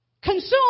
Consume